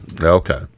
Okay